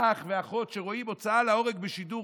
האח והאחות שרואים הוצאה להורג בשידור